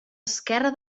esquerra